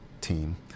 team